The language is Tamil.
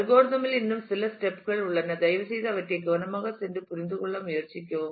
அல்கோரிதம் இல் இன்னும் சில ஸ்டெப் கள் உள்ளன தயவுசெய்து அவற்றை கவனமாக சென்று புரிந்து கொள்ள முயற்சிக்கவும்